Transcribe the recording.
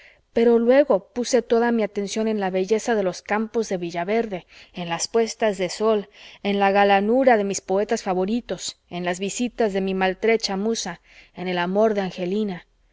pero luego puse toda mi atención en la belleza de los campos de villaverde en las puestas de sol en la galanura de mis poetas favoritos en las visitas de mi maltrecha musa en el amor de angelina